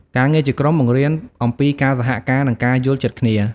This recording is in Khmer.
ការងារជាក្រុមបង្រៀនអំពីការសហការ និងការយល់ចិត្តគ្នា។